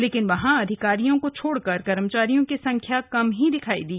लेकिन वहां अधिकारियों को छोड़कर कर्मचारियों की संख्या कम ही दिखाई पड़ी